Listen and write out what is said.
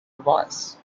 voice